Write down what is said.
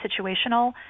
situational